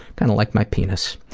kind of like my penis.